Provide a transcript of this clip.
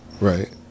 right